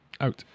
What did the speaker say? out